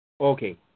Okay